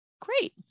Great